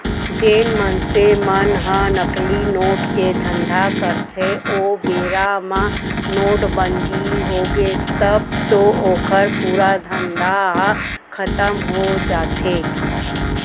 जेन मनसे मन ह नकली नोट के धंधा करथे ओ बेरा म नोटबंदी होगे तब तो ओखर पूरा धंधा ह खतम हो जाथे